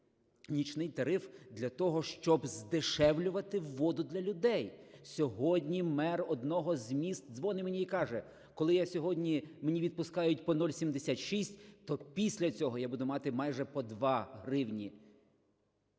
нічний тариф для того, щоб здешевлювати воду для людей. Сьогодні мер одного з міст дзвонить мені і каже: "Коли я сьогодні, мені відпускають по 0,76, то після цього, я буду мати майже по 2 гривні".